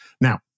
Now